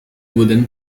wooden